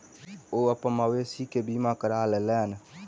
ओ अपन मवेशी के बीमा करा लेलैन